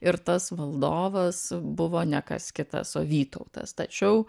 ir tas valdovas buvo ne kas kitas o vytautas tačiau